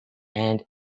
and